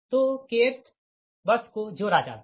तो kth bus को जोड़ा जाता है